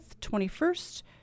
21st